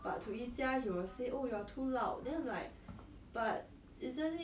!huh! 他讲 you too loud 你做什么做到这样大声